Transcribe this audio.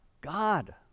God